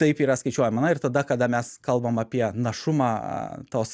taip yra skaičiuojama na ir tada kada mes kalbam apie našumą tos